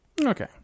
Okay